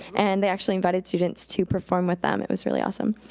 and they actually invited students to perform with them. it was really awesome.